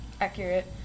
Accurate